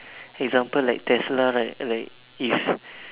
example like tesla right like if